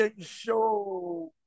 Show